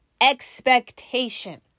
expectation